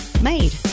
made